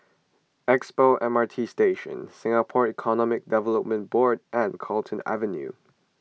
Expo M R T Station Singapore Economic Development Board and Carlton Avenue